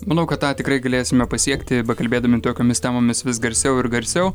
manau kad tą tikrai galėsime pasiekti bekalbėdami tokiomis temomis vis garsiau ir garsiau